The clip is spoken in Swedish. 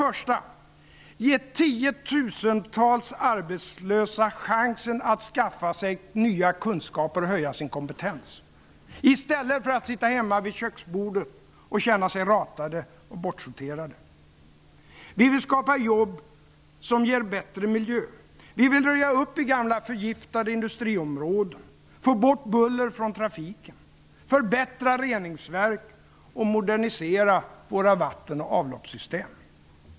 Vi vill ge tiotusentals arbetslösa chans att skaffa sig nya kunskaper och höja sin kompetens, i stället för att sitta hemmma vid köksbordet och känna sig ratade och bortsorterade. 2. Vi vill skapa jobb som ger bättre miljö. Vi vill röja upp i gamla förgiftade industriområden, få bort buller från trafiken, förbättra reningsverk och modernisera våra vatten och avloppssystem.